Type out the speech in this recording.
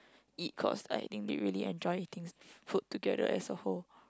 eat cause I think they really enjoy eating food together as a whole